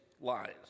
lies